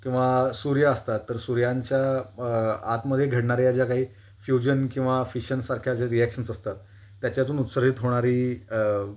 किंवा सूर्य असतात तर सूर्यांच्या आतमध्ये घडणाऱ्या ज्या काही फ्युजन किंवा फिशनसारख्या ज्या रिॲक्शन्स असतात त्याच्यातून उत्सर्जित होणारी